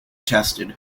tested